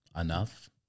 enough